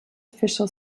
official